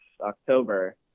October